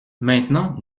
maintenant